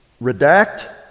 redact